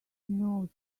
knows